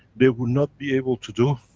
they will not be able to do,